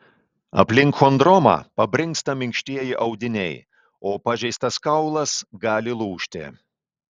aplink chondromą pabrinksta minkštieji audiniai o pažeistas kaulas gali lūžti